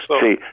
see